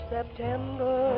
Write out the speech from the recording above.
September